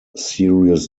serious